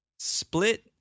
Split